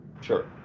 Sure